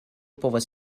povas